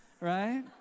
right